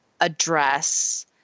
address